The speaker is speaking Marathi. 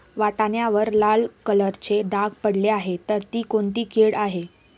वाटाण्यावर लाल कलरचे डाग पडले आहे तर ती कोणती कीड आहे?